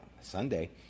Sunday